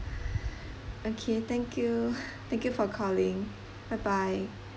okay thank you thank you for calling bye bye